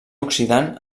oxidant